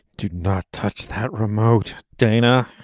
do not touch that remote. dana